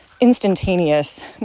instantaneous